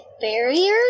barriers